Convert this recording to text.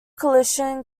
coalition